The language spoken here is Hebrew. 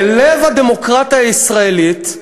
בלב הדמוקרטיה הישראלית,